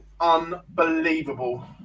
Unbelievable